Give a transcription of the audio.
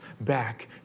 back